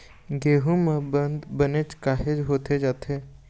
गेहूं म बंद बनेच काहे होथे जाथे?